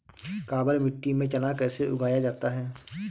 काबर मिट्टी में चना कैसे उगाया जाता है?